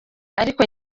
ariko